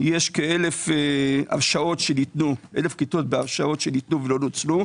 יש כאלף כיתות בהרשאות שניתנו ולא נוצלו.